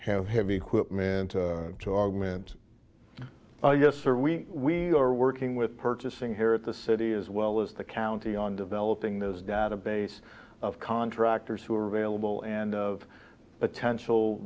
have heavy equipment to augment yes sir we are working with purchasing here at the city as well as the county on developing those database of contractors who are available and of potential